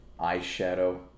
eyeshadow